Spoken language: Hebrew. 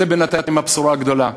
זו בינתיים הבשורה הגדולה.